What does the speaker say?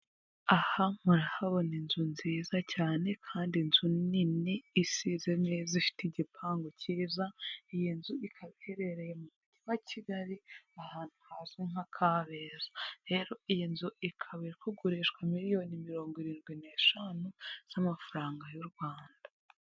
Aha murahabona inzu nziza cyane kandi inzu nini isize neza ifite igipangu cyiza, iyi nzu ikaba iherereye mu mujyi wa Kigali ahantu hazwi nka Kabeza, rero iyi nzu ikaba iri kugurishwa miliyoni mirongo irindwi n'eshanu z'amafaranga y'u Rwanda.